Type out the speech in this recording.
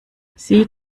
sie